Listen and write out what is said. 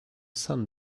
sun